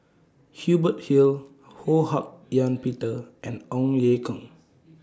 Hubert Hill Ho Hak Ean Peter and Ong Ye Kung